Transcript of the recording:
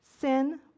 Sin